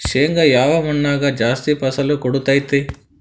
ಶೇಂಗಾ ಯಾವ ಮಣ್ಣಾಗ ಜಾಸ್ತಿ ಫಸಲು ಕೊಡುತೈತಿ?